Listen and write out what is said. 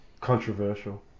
Controversial